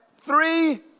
three